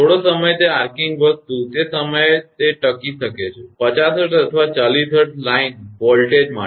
થોડો સમય તે આર્કિંગ વસ્તુ તે સમયે તે ટકી શકે છે 50 Hz અથવા 60 Hz લાઇન વોલ્ટેજ માટે